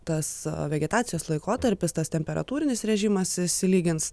tas o vegetacijos laikotarpis tas temperatūrinis režimas išsilygins